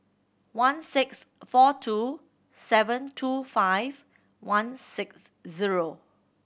one six four two seven two five one six zero